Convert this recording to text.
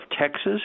Texas